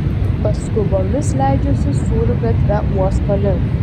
paskubomis leidžiuosi sūrių gatve uosto link